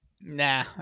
Nah